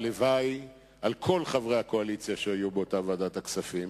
הלוואי על כל חברי הקואליציה שהיו באותה ועדת הכספים,